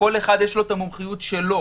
לכל אחד יש את המומחיות שלו.